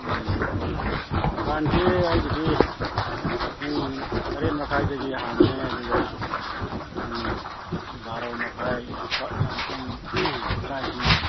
ꯎꯝ ꯗꯨꯀꯥꯟꯁꯤ ꯑꯩꯒꯤꯗꯤ ꯄꯨꯡ ꯇꯔꯦꯠ ꯃꯈꯥꯏꯗꯒꯤ ꯍꯥꯡꯉꯦ ꯑꯗꯨꯒ ꯄꯨꯡ ꯕꯥꯔꯣ ꯃꯈꯥꯏ ꯁ꯭ꯋꯥꯏꯗ ꯑꯃꯨꯛꯇꯪ ꯆꯥꯛ ꯏꯁꯤꯡ